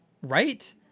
right